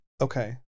Okay